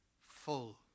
full